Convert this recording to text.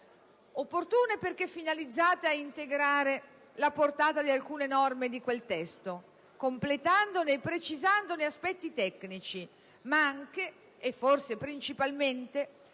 Opportune perché finalizzate ad integrare la portata di alcune norme di quel testo, completandone e precisandone aspetti tecnici, ma anche - e forse principalmente